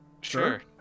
Sure